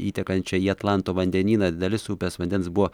įtekančią į atlanto vandenyną dalis upės vandens buvo